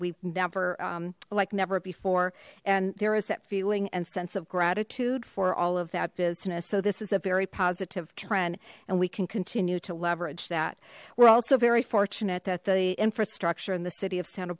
we've never like never before and there is that feeling and sense of gratitude for all of that business so this is a very positive trend and we can continue to leverage that we're also very fortunate that the infrastructure in the city of santa